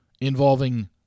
involving